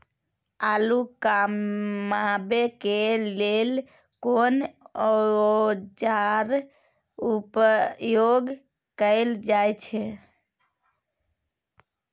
आलू कमाबै के लेल कोन औाजार उपयोग कैल जाय छै?